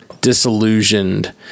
disillusioned